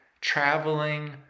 traveling